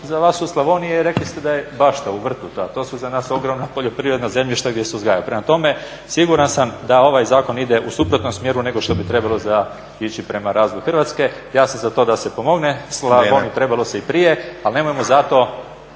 za vas u Slavoniji je rekli ste da je bašta u vrtu, to su za nas ogromna poljoprivredna zemljišta gdje se uzgaja. Prema tome, siguran sam da ovaj zakon ide u suprotnom smjeru nego što bi trebalo ići prema razvoju Hrvatske. Ja sam za to da se pomogne Slavoniji, trebalo se i prije. …/Upadica